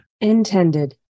Intended